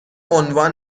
عنوان